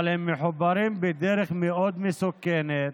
אבל הם מחוברים בדרך מאוד מסוכנת,